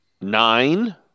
Nine